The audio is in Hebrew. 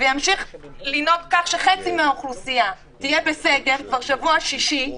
וימשיך לנהוג כך שחצי מהאוכלוסייה תהיה בסגר כבר השבוע השישי,